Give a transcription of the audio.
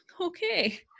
Okay